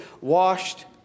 washed